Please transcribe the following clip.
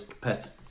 pet